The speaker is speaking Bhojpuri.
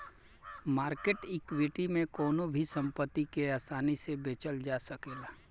मार्केट इक्विटी में कवनो भी संपत्ति के आसानी से बेचल जा सकेला